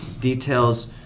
details